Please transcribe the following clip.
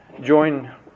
join